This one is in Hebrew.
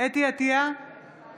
חוה אתי עטייה, בעד יצחק